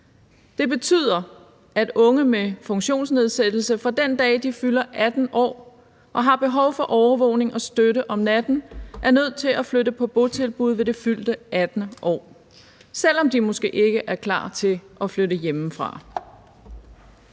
Det betyder, at unge med funktionsnedsættelse og behov for overvågning og støtte om natten fra den dag, de fylder 18 år, er nødt til at flytte på botilbud ved det fyldte 18. år, selv om de måske ikke er klar til at flytte hjemmefra.